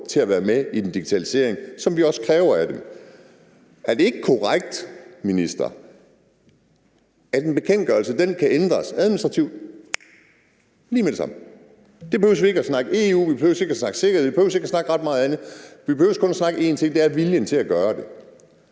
til at være med i den digitalisering, som vi også kræver af dem at de skal være. Er det ikke korrekt, minister, at en bekendtgørelse kan ændres administrativt lige med det samme, med et fingerknips? Der behøver vi ikke at snakke EU, og vi behøver ikke at snakke sikkerhed. Vi behøver ikke at snakke om ret meget andet. Vi behøver kun at snakke om én ting, og det er viljen til at gøre det